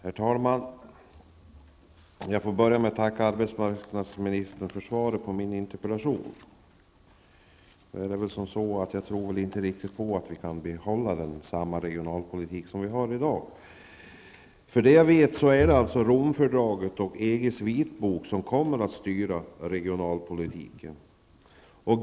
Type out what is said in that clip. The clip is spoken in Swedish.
Herr talman! Låt mig börja med att tacka arbetsmarknadsministern för svaret på min interpellation. Jag tror emellertid inte riktigt på att vi kan behålla den regionalpolitik vi har i dag. Såvitt jag vet är det Romfördraget och EGs vitbok som kommer att styra regionalpolitiken.